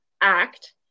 act